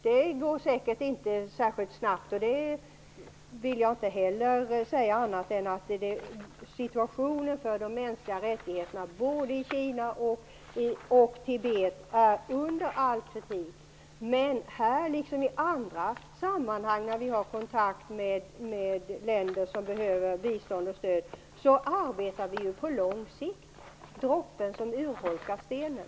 Det här går säkert inte särskilt snabbt. Situationen för de mänskliga rättigheterna både i Kina och i Tibet är under all kritik. Men här, liksom i andra sammanhang när vi har kontakt med länder som behöver bistånd och stöd, arbetar vi på lång sikt. Det är droppen som urholkar stenen.